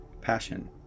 passion